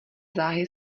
záhy